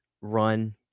run